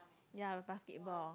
ya basketball